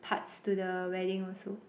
parts to the wedding also